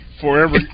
Forever